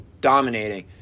dominating